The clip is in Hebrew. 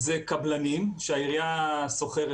זה קבלנים שהעירייה שוכרת,